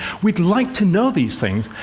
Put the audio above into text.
we'd like to know these things.